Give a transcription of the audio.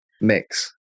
mix